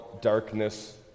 darkness